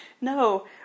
no